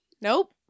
Nope